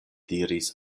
diris